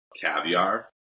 caviar